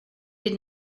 did